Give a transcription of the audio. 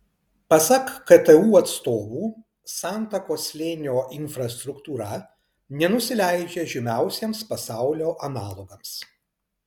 pasak ktu atstovų santakos slėnio infrastruktūra nenusileidžia žymiausiems pasaulio analogams